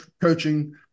coaching